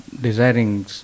desiring